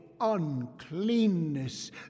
uncleanness